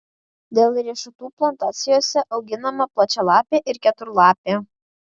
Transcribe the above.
dėl riešutų plantacijose auginama plačialapė ir keturlapė